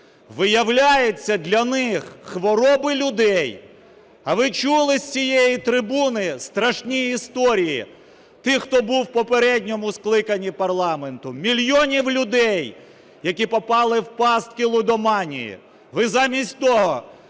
Виявляється, для них хвороби людей, а ви чули з цієї трибуни страшні історії тих, хто був у попередньому скликанні парламенту, мільйонів людей, які попали в пастки лудоманії. Ви замість того,